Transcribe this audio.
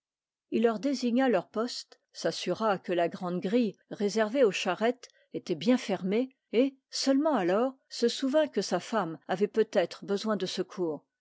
il leur désigna leurs postes s'assura que la grande grille réservée aux charrettes était bien fermée et seulement alors se souvint que sa femme avait peut-être besoin de secours